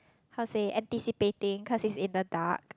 how to say anticipating cause it's in the dark